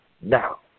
Now